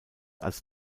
als